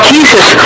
Jesus